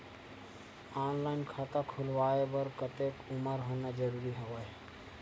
Online खाता खुलवाय बर कतेक उमर होना जरूरी हवय?